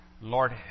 lord